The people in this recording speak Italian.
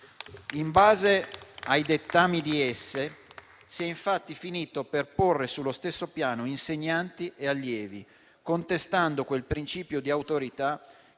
In base ai loro dettami si è infatti finito per porre sullo stesso piano insegnanti e allievi, contestando quel principio di autorità